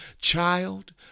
child